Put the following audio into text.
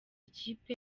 ikipe